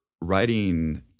writing